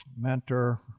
mentor